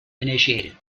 initiated